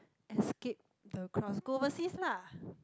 escape the cross go overseas lah